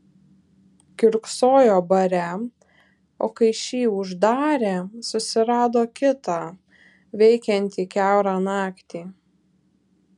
kiurksojo bare o kai šį uždarė susirado kitą veikiantį kiaurą naktį